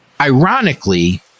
Ironically